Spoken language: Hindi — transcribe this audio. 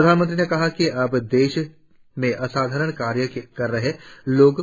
प्रधानमंत्री ने कहा कि अब देश में असाधारण कार्य कर रहे आम लोगों